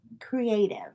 creative